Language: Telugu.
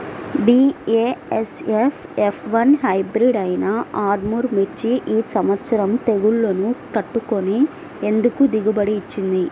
బీ.ఏ.ఎస్.ఎఫ్ ఎఫ్ వన్ హైబ్రిడ్ అయినా ఆర్ముర్ మిర్చి ఈ సంవత్సరం తెగుళ్లును తట్టుకొని ఎందుకు ఎక్కువ దిగుబడి ఇచ్చింది?